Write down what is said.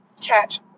catch